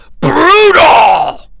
brutal